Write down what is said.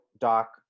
doc